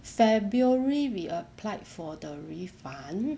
february we applied for the refund